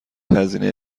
هزینه